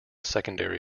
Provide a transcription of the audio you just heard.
secondary